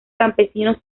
campesinos